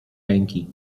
ręki